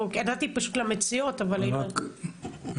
אני רוצה לשאול רק שאלה.